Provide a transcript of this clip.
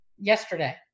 yesterday